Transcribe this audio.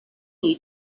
you